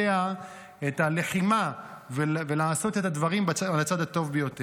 את הלחימה ולעשות את הדברים על הצד הטוב ביותר.